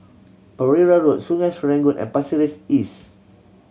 Pereira Road Sungei Serangoon and Pasir Ris East